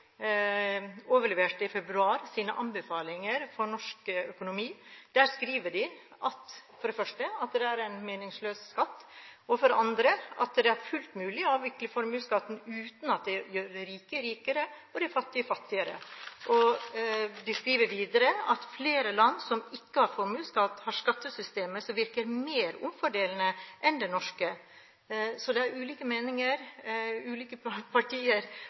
overleverte i februar sine anbefalinger for norsk økonomi. De skriver for det første at det er en meningsløs skatt, og for det andre at det er fullt mulig å avvikle formuesskatten uten at det gjør de rike rikere og de fattige fattigere. De skriver videre: «Flere land som ikke har formuesskatt, har skattesystemer som virker mer omfordelende enn det norske.» Så det er ulike meninger, ulike partier.